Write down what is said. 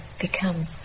become